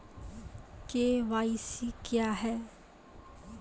KYC क्या हैं?